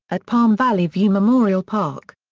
at palm valley view memorial park.